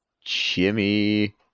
Jimmy